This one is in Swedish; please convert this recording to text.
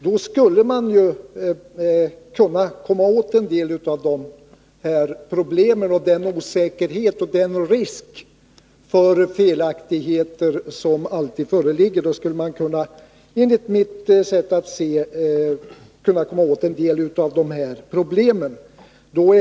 Om vi hade ett sådant filialkontor, skulle vi enligt mitt sätt att se kunna komma åt en del av de här problemen och komma till rätta med den osäkerhet och den risk för felaktigheter som alltid föreligger.